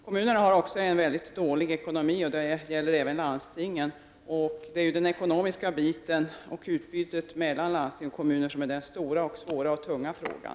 Kommunerna har också en mycket dålig ekonomi, och detta gäller även landstingen. Det är ju ekonomin och utbytet mellan landsting och kommuner som är den stora, svåra och tunga frågan.